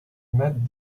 met